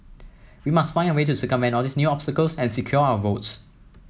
we must find a way to circumvent all these new obstacles and secure our votes